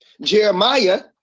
Jeremiah